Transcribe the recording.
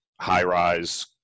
high-rise